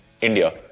India